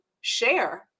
share